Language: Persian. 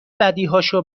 بدیهاشو